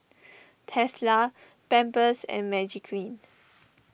Tesla Pampers and Magiclean